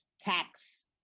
Tax